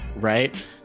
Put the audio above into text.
right